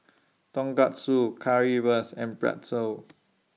Tonkatsu Currywurst and Pretzel